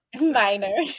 Minor